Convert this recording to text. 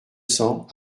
cents